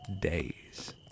days